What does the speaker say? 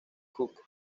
cook